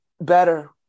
better